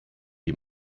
die